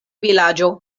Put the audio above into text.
vilaĝo